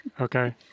Okay